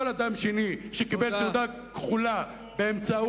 כל אדם שני שקיבל תעודה כחולה באמצעות